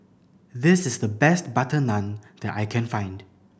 this is the best butter naan that I can find